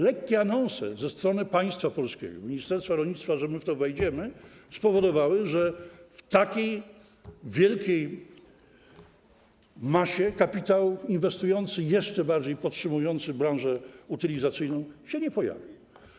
Lekkie anonse ze strony państwa polskiego, ministerstwa rolnictwa, że my w to wejdziemy, spowodowały, że w takiej wielkiej masie kapitał inwestujący, jeszcze bardziej podtrzymujący branżę utylizacyjną się nie pojawił.